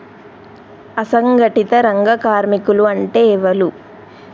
అసంఘటిత రంగ కార్మికులు అంటే ఎవలూ?